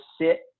sit